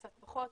קצת פחות,